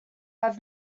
have